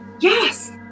Yes